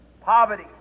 poverty